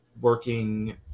working